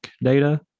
data